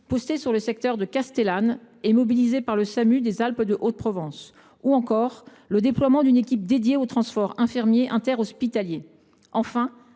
dans le secteur de Castellane et mobilisé par le Samu des Alpes de Haute Provence –, ou encore le déploiement d’une équipe dédiée au transport infirmier interhospitalier. Enfin,